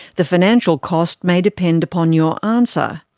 the financial cost may depend upon your answer.